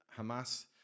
Hamas